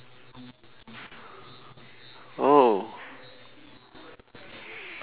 oh